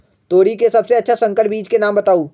तोरी के सबसे अच्छा संकर बीज के नाम बताऊ?